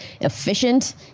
efficient